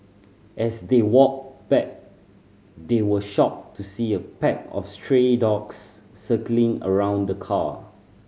as they walked back they were shocked to see a pack of stray dogs circling around the car